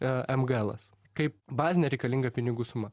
mglas kaip bazinė reikalinga pinigų sumą